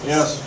Yes